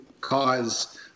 cause